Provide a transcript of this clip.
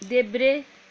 देब्रे